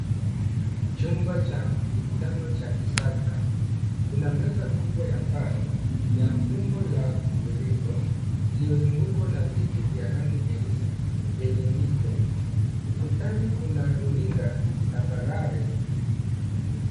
Chumba cha mikutano cha kisasa, kuna meza kubwa ya mbao, ya umbo la mviringo, iliyozungukwa na viti vya rangi nyeusi vyenye mito. Ukutani kuna runinga tambarare.